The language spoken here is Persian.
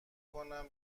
کنم